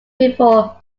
before